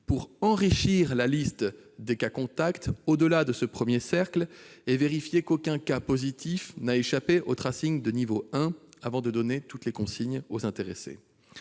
pour enrichir la liste des cas contacts au-delà de ce premier cercle et vérifier qu'aucun cas positif n'a échappé au de niveau 1 avant de donner toutes les consignes aux intéressés.